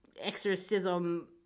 exorcism